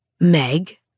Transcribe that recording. Meg